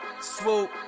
Swoop